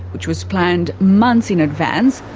which was planned months in advance,